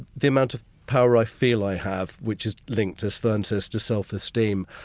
the amount of power i feel i have, which is linked as fern says to self-esteem,